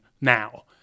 now